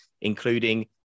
including